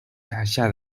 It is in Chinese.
辖下